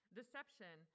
deception